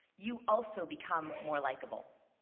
you also become more likeable.